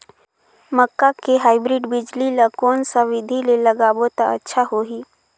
मक्का के हाईब्रिड बिजली ल कोन सा बिधी ले लगाबो त अच्छा होहि?